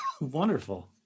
wonderful